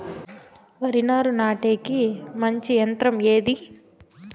వరి నారు నాటేకి మంచి యంత్రం ఏది?